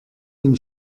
ihm